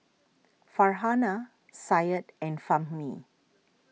Farhanah Syed and Fahmi